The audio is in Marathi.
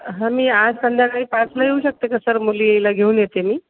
हं मी आज संध्याकाळी पाचला येऊ शकते का सर मुलीला घेऊन येते मी